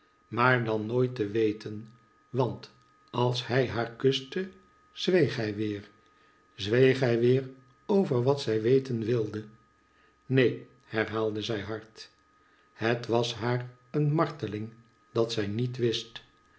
maar dan nook te weten want als hij haar kuste zweeg hij weer zweeg hij weer over wat zij weten wilde neen herhaalde zij hard het was haar een marteling dat zij niet wist